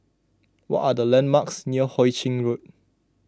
what are the landmarks near Hoe Chiang Road